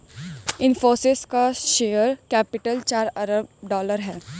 इनफ़ोसिस का share capital चार अरब डॉलर है